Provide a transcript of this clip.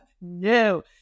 no